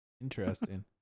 Interesting